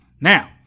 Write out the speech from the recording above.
now